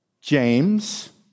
James